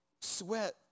sweat